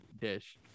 dish